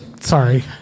Sorry